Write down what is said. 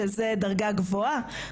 שזו דרגה גבוהה,